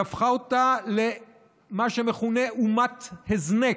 היא הפכה אותה למה שמכונה "אומת הזנק"